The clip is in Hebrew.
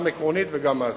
גם עקרונית וגם מעשית.